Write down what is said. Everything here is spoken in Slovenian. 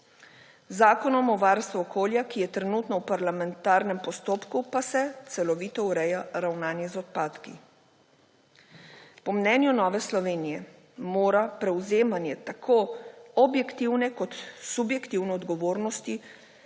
Z Zakonom o varstvu okolja, ki je trenutno v parlamentarnem postopku, pa se celovito ureja ravnanje z odpadki. Po mnenju Nove Slovenije mora prevzemanje tako objektivne kot subjektivne odgovornosti